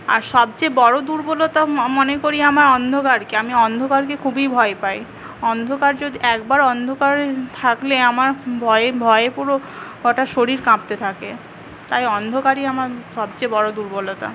আর সবচেয়ে বড়ো দুর্বলতা ম মনে করি আমার অন্ধকারকে আমি অন্ধকারকে খুবই ভয় পাই অন্ধকার যদি একবার অন্ধকারে থাকলে আমার ভয়ে ভয়ে পুরো গোটা শরীর কাঁপতে থাকে তাই অন্ধকারই আমার সবচেয়ে বড়ো দুর্বলতা